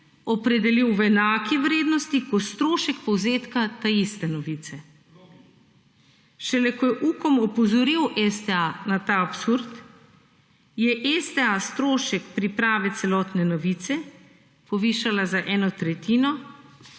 opredelil v enaki vrednosti, kot strošek povzetka te iste novice. Šele ko je UKOM opozoril STA na ta absurd, je STA strošek priprave celotne novice povišala za eno tretjino,